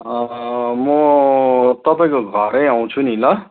म तपाईँको घरै आउँछु नि ल